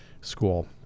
school